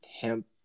hemp